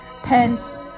pence